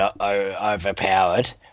overpowered